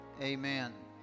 Amen